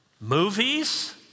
movies